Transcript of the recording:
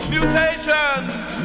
Mutations